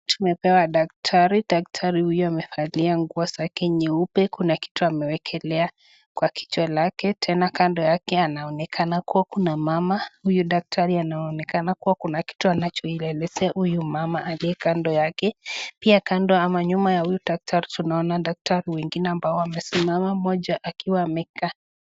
Tumepewa daktari, daktari huyu amevalia nguo zake nyeupe. Kuna kitu amewekelea kwa kichwa lake tena kando yake anaonekana kuwa kuna mama ,huyu daktari anaonekana kuwa kuna kitu anachomwelezea huyu mama aliye kando yake. Pia kando ama nyuma ya uyu daktari tunaona daktari wengine ambao wamesimama mmoja akiwa amekaa .